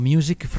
Music